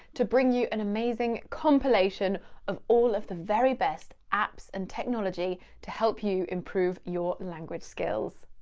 to bring you an amazing compilation of all of the very best apps and technology to help you improve your language skills.